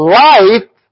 life